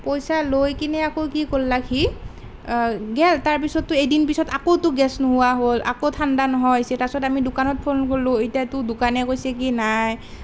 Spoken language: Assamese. পইচা লৈ কিনে আকৌ কি কৰিলে সি গ'ল তাৰপিছততো এদিন পিছত আকৌতো গেছ নোহোৱা হ'ল আকৌ ঠাণ্ডা নোহোৱা হৈছে তাৰপিছত আমি দোকানত ফোন কৰিলোঁ এতিয়াতো দোকানীয়ে কৈছে কি নাই